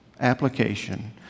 application